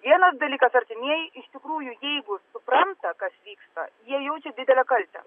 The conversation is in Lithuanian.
vienas dalykas artimieji iš tikrųjų jeigu supranta kas vyksta jie jaučia didelę kaltę